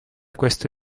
questo